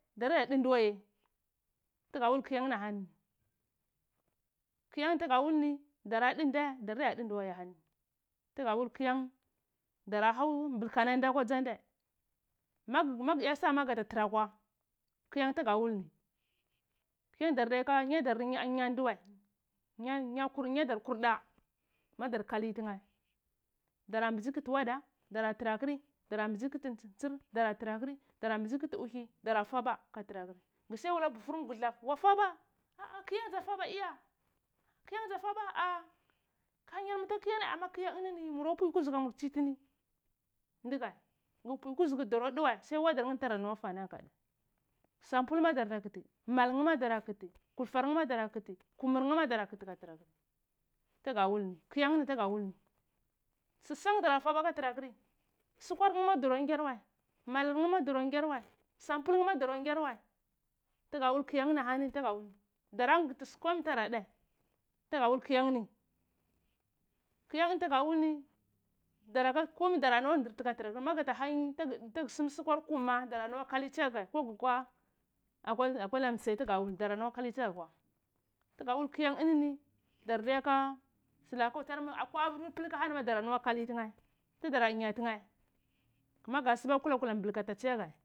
Dara din ndiwaya tga wul kiyan ni ahani kiyan tigawul ni da din nda dara din ndiwa ye ahani gaw kiyan dara hau blka nan dae akwa a dae mag eya sa a ma kyantiga wul ni kyan dar diyaka nya dar ayandwae nya nya kur yadar kurda madar kali tnae dara mbzi kt wada dara tra kri dara mzi kti ntsir dara trakri dramzi kti whi dara fava ka trakr gsiya wula bufum wulab wa fava a'a kyan za fava iya kyan za fava aa kan yar mta kyanni amana kyanini ni mura pwui kuzugh ka mur ta chitin ndga gpui kuzugu dara diwae sai wazar nge tra nuwa fa negae sampul ma dar da kti mal ma dara kti kudfarnae ma dara kti kum ma dara kti ka tra kr tga wal ni kyan ni tigawul ni susan dara far aka tra kri skwar nae ma dara ngyar wa. Mal nae ma dara ngyar wal sampul nae ma dara ngyar wa tga wul kyan ni ahani tgawul ni angti kumi dara dae tga wul kyan ni kyan tgawul ni daraka komi dara nuwa ndrti ka trakr magta hanyi tg sm skwar kum ma dhra nuwa kali tschiya ga ko gkwa akwa akwa tsanni she tga wulni dara nuwa kalitya akwa tga wul kyan ini ni dar di aka snakuthr ni skwa plk ahani ma dara nuwa kali tnae tdara dinya tnae amaga sba ka la kula gwilti tschiya gae.